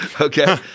Okay